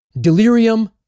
Delirium